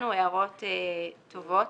והערה נוספת